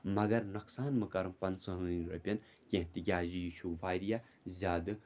مَگَر نۄقصان مَہ کَرُم پنٛژٕہٲنٕے رۄپیَن کینٛہہ تِکیٛازِ یہِ چھُ واریاہ زیادٕ